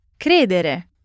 Credere